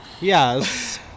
Yes